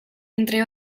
entre